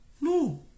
No